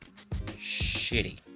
Shitty